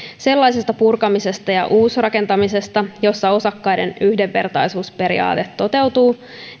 sellaisesta purkamisesta ja uusrakentamisesta jossa osakkaiden yhdenvertaisuusperiaate toteutuu